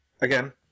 Again